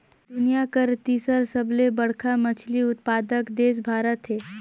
दुनिया कर तीसर सबले बड़खा मछली उत्पादक देश भारत हे